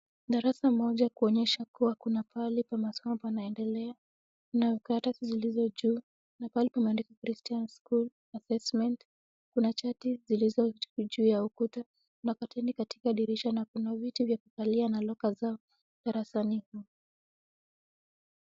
Darasa moja kuonyesha kuwa kuna pahali pa masomo panaendelea. Kuna karatasi zilizo juu na pahali pameandikwa Christian School Assessment . Kuna chati zilizo juu ya ukuta. Kuna curtani katika dirisha na kuna viti vya kukalia na locker zao darasani humo.